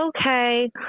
okay